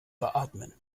beatmen